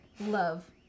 Love